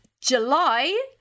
July